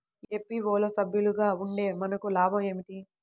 FPO లో సభ్యులుగా ఉంటే మనకు లాభం ఏమిటి?